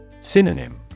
Synonym